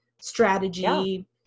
strategy